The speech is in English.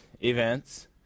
events